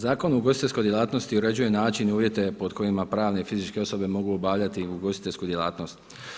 Zakon o ugostiteljskoj djelatnosti uređuje načine i uvjete pod kojima pravne i fizičke osobe mogu obavljati ugostiteljsku djelatnost.